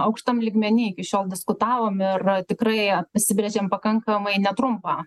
aukštam lygmeny iki šiol diskutavom ir tikrai pasibrėžėm pakankamai netrumpą